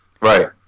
Right